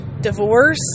divorce